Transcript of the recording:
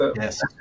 Yes